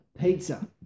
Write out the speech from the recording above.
Pizza